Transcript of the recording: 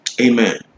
Amen